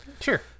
Sure